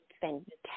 fantastic